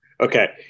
Okay